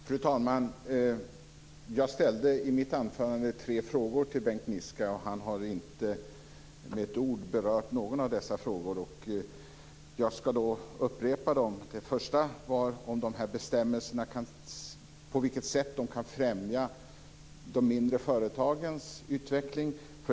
Fru talman! Jag ställde i mitt anförande tre frågor till Bengt Niska, och han har inte med ett ord berört någon av dessa frågor. Jag ska då upprepa dem. Den första gällde på vilket sätt de här bestämmelserna kan främja de mindre företagens utveckling.